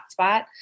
hotspot